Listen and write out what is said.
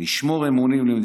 הוא מצהיר אמונים?